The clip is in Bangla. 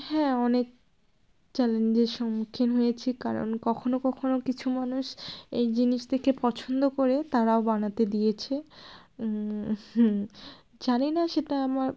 হ্যাঁ অনেক চ্যালেঞ্জের সম্মুখীন হয়েছি কারণ কখনও কখনও কিছু মানুষ এই জিনিস দেখে পছন্দ করে তারাও বানাতে দিয়েছে জানি না সেটা আমার